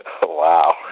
Wow